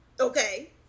Okay